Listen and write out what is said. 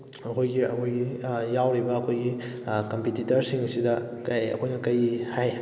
ꯑꯩꯈꯣꯏꯒꯤ ꯑꯩꯈꯣꯏꯒꯤ ꯌꯥꯎꯔꯤꯕ ꯑꯩꯈꯣꯏꯒꯤ ꯀꯝꯄꯤꯇꯤꯇꯔꯁꯤꯡꯁꯤꯗ ꯀꯩ ꯑꯩꯈꯣꯏꯅ ꯀꯔꯤ ꯍꯥꯏ